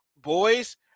boys